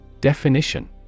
Definition